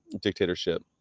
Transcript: dictatorship